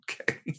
okay